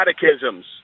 catechisms